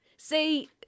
See